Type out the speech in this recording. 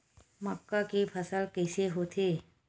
मक्का के फसल कइसे होथे?